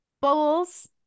bowls